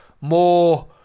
more